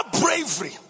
bravery